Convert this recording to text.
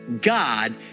God